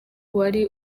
wari